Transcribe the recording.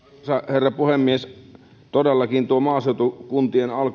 herra puhemies todellakin tuo maaseutukuntien